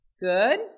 good